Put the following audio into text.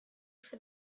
for